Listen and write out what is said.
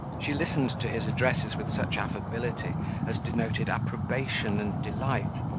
she listened to his addresses with such affability as denoted approbation and delight,